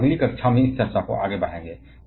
हम अगली कक्षा में इस चर्चा को आगे ले जाएंगे